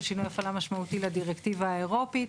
שינוי הפעלה משמעותי לדירקטיבה האירופית.